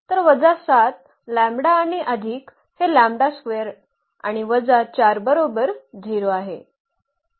तर वजा 7 लॅम्ब्डा आणि अधिक हे लॅम्बडा स्क्वेअर आणि वजा 4 बरोबर 0 आहे